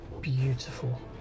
beautiful